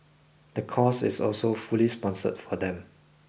the course is also fully sponsored for them